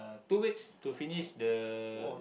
two weeks to finish the